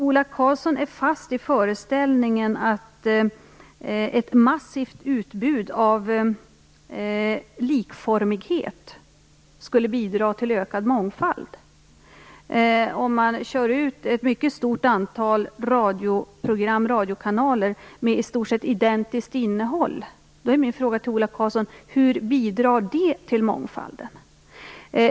Ola Karlsson är fast i föreställningen att ett massivt utbud av likformighet skulle bidra till ökad mångfald. Om man kör ut ett mycket stort antal radiokanaler med i stort sett identiskt innehåll, hur bidrar det till mångfalden, Ola Karlsson?